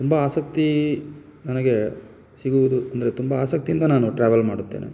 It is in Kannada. ತುಂಬ ಆಸಕ್ತಿ ನನಗೆ ಸಿಗುವುದು ಅಂದರೆ ತುಂಬ ಆಸಕ್ತಿಯಿಂದ ನಾನು ಟ್ರಾವೆಲ್ ಮಾಡುತ್ತೇನೆ